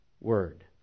word